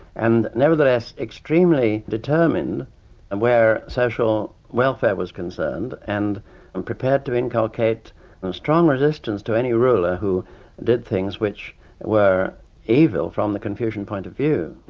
and nevertheless, extremely determined and where social welfare was concerned, and and prepared to inculcate a strong resistance to any ruler who did things which were evil from the confucian point of view.